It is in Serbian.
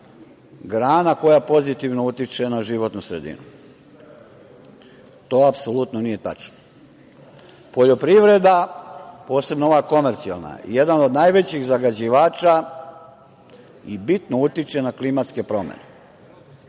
grana koja pozitivno utiče na životnu sredinu. To apsolutno nije tačno. Poljoprivreda, posebno ova komercijalna, jedan od najvećih zagađivača i bitno utiče na klimatske promene.